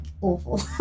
awful